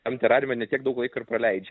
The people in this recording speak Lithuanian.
tam terariume ne tiek daug laiko ir praleidžia